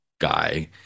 guy